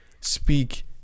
speak